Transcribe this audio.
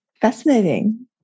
Fascinating